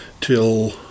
till